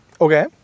Okay